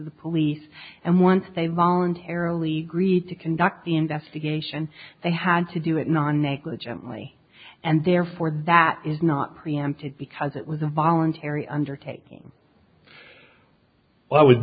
the police and once they voluntarily agreed to conduct the investigation they had to do it non negligently and therefore that is not preempted because it was a voluntary undertaking i would